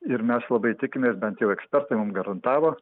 ir mes labai tikimės bent jau ekspertai mum garantavo